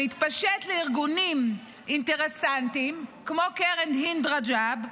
זה התפשט לארגונים אינטרסנטיים כמו קרן הינד רג'ב,